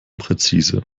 präzise